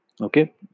Okay